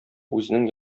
үзенең